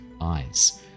eyes